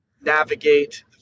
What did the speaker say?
navigate